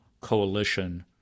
coalition